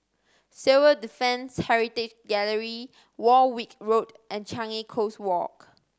Civil Defence Heritage Gallery Warwick Road and Changi Coast Walk